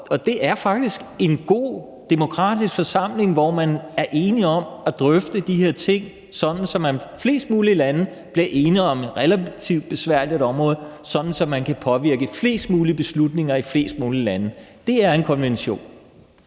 Det er faktisk en god demokratisk forsamling, hvor man er enige om at drøfte de her ting, sådan at flest mulige lande bliver enige på et relativt besværligt område, og sådan at man kan påvirke flest mulige beslutninger i flest mulige lande. Det er en konvention.